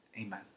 amen